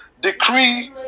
decree